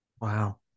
Wow